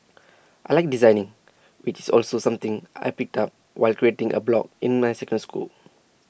I Like designing which is also something I picked up while creating A blog in my second school